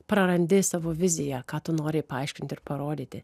prarandi savo viziją ką tu nori paaiškint ir parodyti